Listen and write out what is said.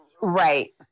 Right